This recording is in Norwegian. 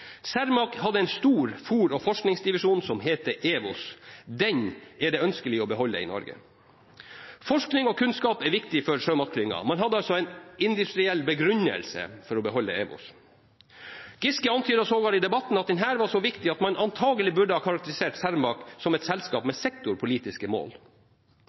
en stor fôr- og forskningsdivisjon som heter EWOS. Den er det ønskelig å beholde i Norge. Forskning og kunnskap er viktig for sjømatklyngen. Man hadde altså en industriell begrunnelse for å beholde EWOS. Giske antydet sågar i debatten at denne var så viktig at man antakelig burde ha karakterisert Cermaq som et selskap med sektorpolitiske mål.